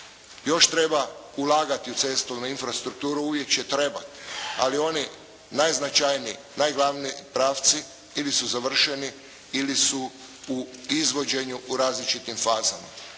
još treba ulagati u cestovnu infrastrukturu. Uvijek će trebat. Ali oni najznačajniji, najglavniji pravci ili su završeni ili su u izvođenju u različitim fazama.